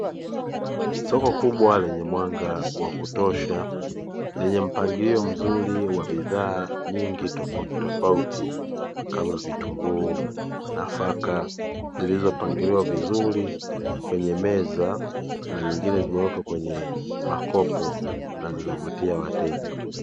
Soko kubwa lenye mwanga wa kutosha lenye mpangilio mzuri wa bidhaa nyingi tofautitofauti kama: vitunguu, nafaka; zilizopangiliwa vizuri kwenye meza na nyingine zimewekwa kwenye makopo na zinavutia wateja.